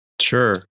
Sure